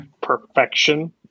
perfection